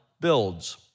builds